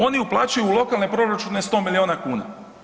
Oni uplaćuju u lokalne proračune 100 miliona kuna.